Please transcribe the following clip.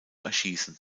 erschießen